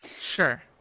Sure